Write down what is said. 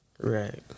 Right